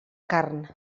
carn